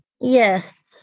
Yes